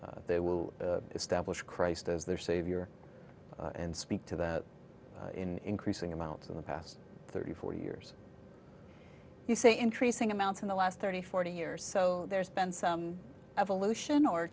they will establish christ as their savior and speak to that in increasing amounts in the past thirty four years you say increasing amounts in the last thirty forty years so there's been some evolution or